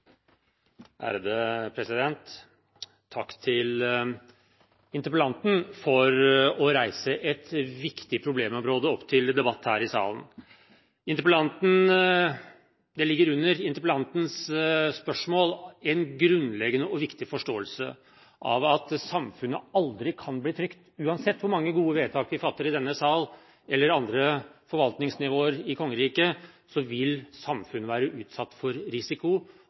Takk til interpellanten for å ta et viktig problemområde opp til debatt her i salen. Det ligger under interpellantens spørsmål en grunnleggende og viktig forståelse av at samfunnet aldri kan bli trygt. Uansett hvor mange gode vedtak vi fatter i denne sal eller på andre forvaltningsnivåer i kongeriket, vil samfunnet være utsatt for risiko.